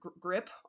grip